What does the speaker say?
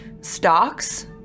stocks